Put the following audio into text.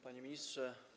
Panie Ministrze!